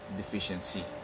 deficiency